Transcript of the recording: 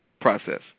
process